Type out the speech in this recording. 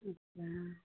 अच्छा